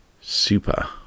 super